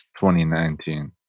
2019